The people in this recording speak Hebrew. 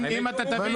ההערכה?